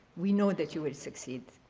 we know that you will succeed.